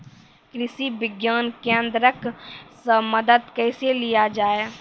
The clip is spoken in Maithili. कृषि विज्ञान केन्द्रऽक से मदद कैसे लिया जाय?